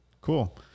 Cool